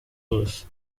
wose